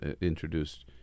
introduced